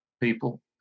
people